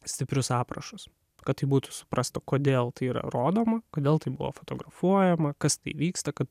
stiprius aprašus kad tai būtų suprasta kodėl tai yra rodoma kodėl tai buvo fotografuojama kas tai vyksta kad